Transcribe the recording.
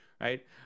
right